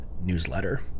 newsletter